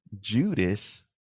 Judas